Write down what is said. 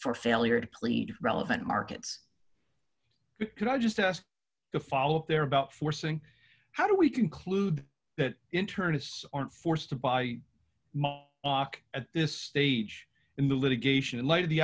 for failure to plead relevant markets could i just ask the follow up there about forcing how do we conclude that internists aren't forced to buy at this stage in the litigation in light of the